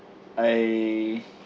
I